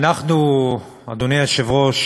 אדוני היושב-ראש,